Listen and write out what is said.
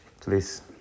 please